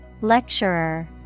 Lecturer